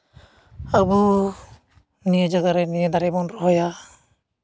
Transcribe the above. ᱟᱹᱵᱩ ᱱᱤᱭᱟᱹ ᱡᱟᱭᱜᱟ ᱨᱮ ᱱᱤᱭᱟᱹ ᱫᱟᱨᱮ ᱵᱚᱱ ᱨᱚᱦᱚᱭᱟ